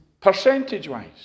Percentage-wise